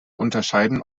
unterscheiden